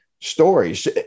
stories